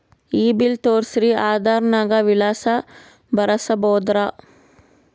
ಈ ಬಿಲ್ ತೋಸ್ರಿ ಆಧಾರ ನಾಗ ವಿಳಾಸ ಬರಸಬೋದರ?